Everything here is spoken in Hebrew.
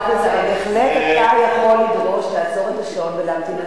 אבל בהחלט אתה יכול לדרוש לעצור את השעון ולהמתין,